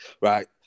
Right